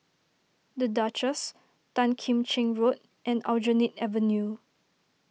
the Duchess Tan Kim Cheng Road and Aljunied Avenue